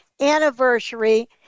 anniversary